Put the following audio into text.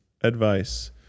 advice